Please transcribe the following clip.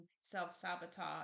self-sabotage